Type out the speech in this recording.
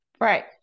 Right